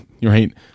Right